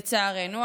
לצערנו,